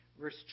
verse